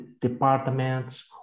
departments